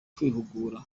kwihugura